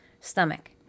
stomach